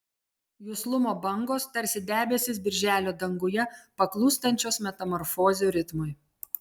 juslumo bangos tarsi debesys birželio danguje paklūstančios metamorfozių ritmui